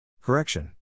correction